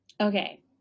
Okay